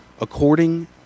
According